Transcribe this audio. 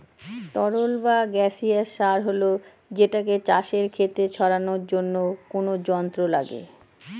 তরল বা গাসিয়াস সার হলে সেটাকে চাষের খেতে ছড়ানোর জন্য কোনো যন্ত্র লাগে